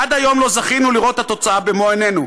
עד היום לא זכינו לראות את התוצאה במו-עינינו,